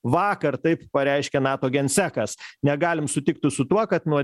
vakar taip pareiškė nato gensekas negalim sutikti su tuo kad nuo